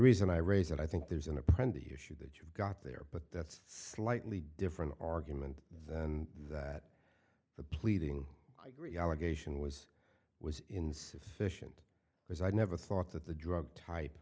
reason i raise that i think there's an apprentice here shoe that you've got there but that's slightly different argument than that the pleading i gree allegation was was insufficient because i never thought that the drug type